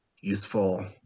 useful